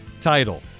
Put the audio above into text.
title